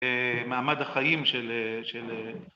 מעמד החיים של...